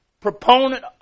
proponent